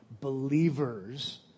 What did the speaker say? believers